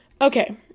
Okay